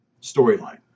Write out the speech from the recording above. storyline